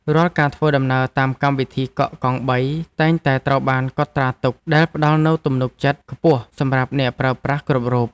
រាល់ការធ្វើដំណើរតាមកម្មវិធីកក់កង់បីតែងតែត្រូវបានកត់ត្រាទុកដែលផ្តល់នូវទំនុកចិត្តខ្ពស់សម្រាប់អ្នកប្រើប្រាស់គ្រប់រូប។